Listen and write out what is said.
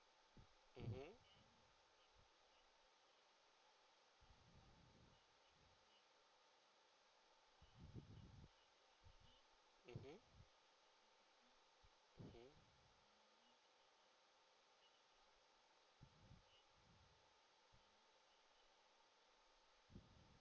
mmhmm mmhmm mmhmm